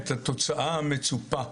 את התוצאה המצופה.